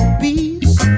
peace